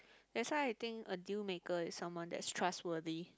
that's why I think a deal maker is someone that's trustworthy